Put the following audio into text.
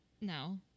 No